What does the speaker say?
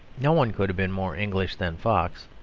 no one could have been more english than fox,